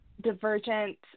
divergent